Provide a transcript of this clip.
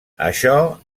això